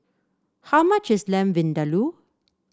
how much is Lamb Vindaloo